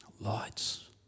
Lights